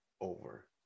over